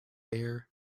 air